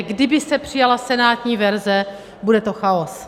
Kdyby se přijala senátní verze, bude to chaos.